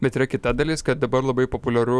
bet yra kita dalis kad dabar labai populiaru